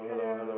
hello